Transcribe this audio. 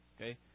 Okay